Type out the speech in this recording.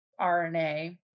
RNA